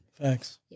Thanks